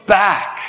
back